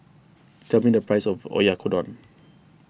tell me the price of Oyakodon